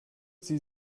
sie